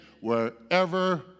wherever